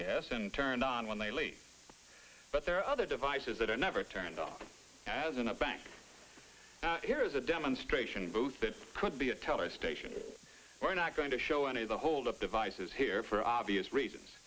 yes and turned on when they leave but there are other devices that are never turned off as in a bank here is a demonstration booth that could be a teller station we're not going to show any of the hold up devices here for obvious reasons